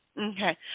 Okay